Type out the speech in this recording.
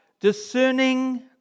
discerning